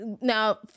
Now